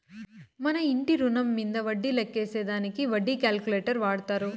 మన ఇంటి రుణం మీంద వడ్డీ లెక్కేసే దానికి వడ్డీ క్యాలిక్యులేటర్ వాడతారు